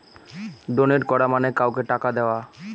donate করা মানে কাউকে টাকা দেওয়া